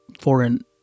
foreign